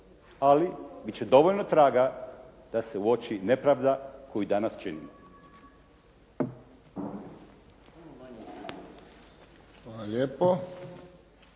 ali bit će dovoljno traga da se uoči nepravda koju danas činimo.